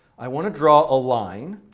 i want to draw a line